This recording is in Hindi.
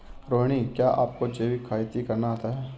रोहिणी, क्या आपको जैविक खेती करना आता है?